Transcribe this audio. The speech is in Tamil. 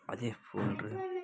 அதே போன்று